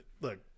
look